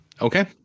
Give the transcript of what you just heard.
Okay